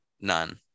None